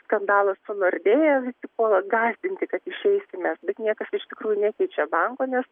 skandalas su nordea visi puola gąsdinti kad išeisim mes bet niekas iš tikrųjų nekeičia banko nes